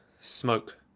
smoke